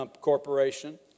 corporation